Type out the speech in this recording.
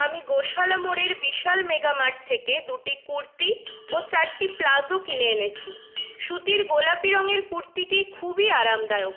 আমি গোশালা মোড়ের বিশাল মেগামার্ট থেকে দুটি কুর্তি ও চারটি প্লাজো কিনে এনেছি সুতির গোলাপি রঙের কুর্তিটি খুবই আরামদায়ক